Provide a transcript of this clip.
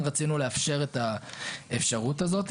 אבל כן רצינו לאפשר את האפשרות הזאת,